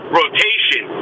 rotation